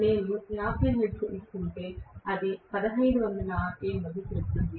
నేను 50 హెర్ట్జ్ ఇస్తుంటే అది 1500 rpm వద్ద తిరుగుతుంది